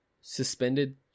suspended